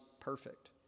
perfect